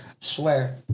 swear